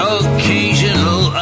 occasional